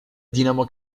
dinamo